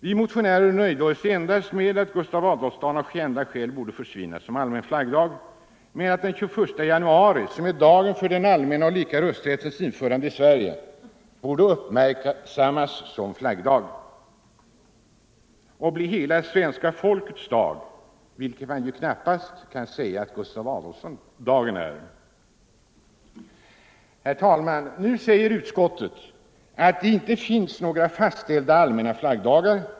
Vi motionärer nöjde oss med att säga att Gustav Adolfsdagen av kända skäl borde försvinna som allmän flaggdag men att den 26 januari, som är dagen för den allmänna och lika rösträttens införande i Sverige, borde uppmärksammas som flaggdag och bli hela svenska folkets dag, vilket man knappast kan säga om Gustav Adolfsdagen. Herr talman! Nu säger utskottet att det inte finns några fastställda allmänna flaggdagar.